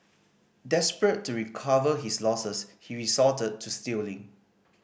desperate to recover his losses he resorted to stealing